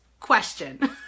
question